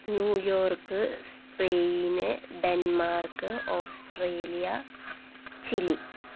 New York Spain Denmark Australia Chile